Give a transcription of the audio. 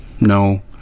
no